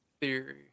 theory